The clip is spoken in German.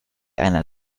einer